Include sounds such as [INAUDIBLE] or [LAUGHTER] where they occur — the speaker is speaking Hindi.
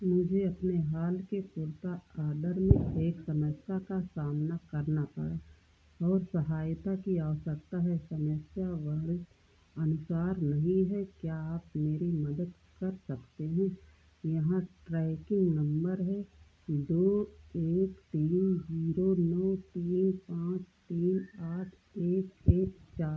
मुझे अपने हाल के कुर्ता ऑर्डर में एक समस्या का सामना करना पड़ा और सहायता की आवश्यकता है समस्या [UNINTELLIGIBLE] अनुसार नहीं है क्या आप मेरी मदद कर सकते हैं यहाँ ट्रैकिंग नम्बर दो एक तीन जीरो नौ तीन पाँच तीन आठ एक एक चार